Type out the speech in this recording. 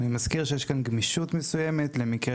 אני מזכיר שיש כאן גמישות מסוימת למקרה